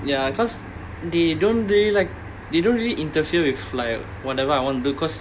ya because they don't really like they don't really interfere with like whatever I want because